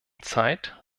zeit